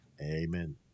Amen